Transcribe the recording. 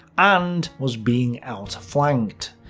and was being outflanked.